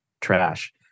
trash